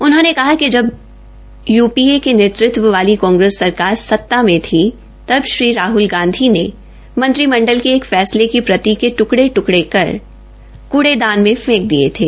उन्होंने कहा कि जब यूपीए के नेतृत्व वाली कांग्रेस सरकार सत्ता में थी तब श्री राहल गांधी ने मंत्रिमंडल के एक फैसले की प्रति के ट्टकड़े ट्कड़े कर कुइदान में फैंक दिये थे